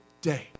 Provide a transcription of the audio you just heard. day